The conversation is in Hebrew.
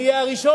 אני אהיה הראשון,